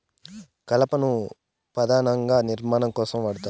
కలపను పధానంగా నిర్మాణాల కోసం వాడతారు